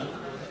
53,